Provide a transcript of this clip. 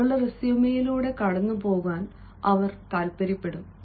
നിങ്ങളുടെ റെസ്യുമെലൂടെ കടന്നുപോകാൻ അവൻ താൽപ്പര്യപ്പെടും